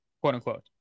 quote-unquote